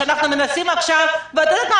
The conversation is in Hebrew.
שאנחנו מנסים עכשיו ואת יודעת מה?